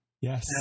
Yes